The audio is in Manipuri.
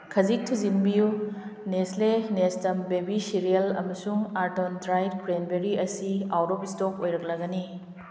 ꯈꯖꯤꯛ ꯊꯨꯖꯤꯟꯕꯤꯎ ꯅꯦꯁꯂꯦ ꯅꯦꯁꯇꯝ ꯕꯦꯕꯤ ꯁꯤꯔꯤꯌꯦꯜ ꯑꯃꯁꯨꯡ ꯑꯥꯔꯇꯣꯟ ꯗ꯭ꯔꯥꯏꯠ ꯀ꯭ꯔꯦꯟꯕꯦꯔꯤ ꯑꯁꯤ ꯑꯥꯏꯠ ꯑꯣꯐ ꯏꯁꯇꯣꯛ ꯑꯣꯏꯔꯛꯂꯒꯅꯤ